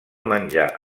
menjar